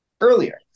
earlier